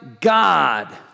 God